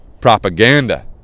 propaganda